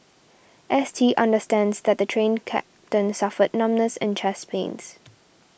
S T understands that the Train Captain suffered numbness and chest pains